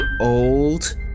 old